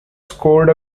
scored